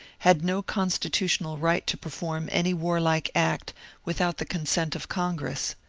had no constitutional right to perform any warlike act without the consent of con gress.